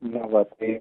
na vat tai